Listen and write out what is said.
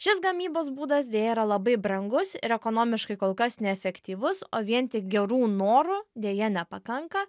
šis gamybos būdas deja yra labai brangus ir ekonomiškai kol kas neefektyvus o vien tik gerų norų deja nepakanka